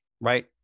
right